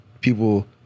people